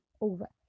over